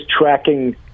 tracking